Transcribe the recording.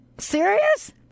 serious